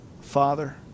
Father